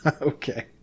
Okay